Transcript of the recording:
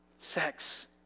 sex